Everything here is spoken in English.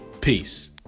Peace